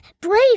brave